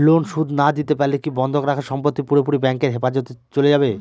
Loan শোধ না দিতে পারলে কি বন্ধক রাখা সম্পত্তি পুরোপুরি ব্যাংকের হেফাজতে চলে যাবে?